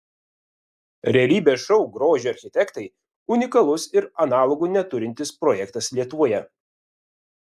realybės šou grožio architektai unikalus ir analogų neturintis projektas lietuvoje